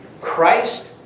Christ